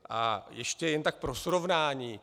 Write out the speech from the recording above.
A ještě jen tak pro srovnání.